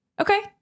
Okay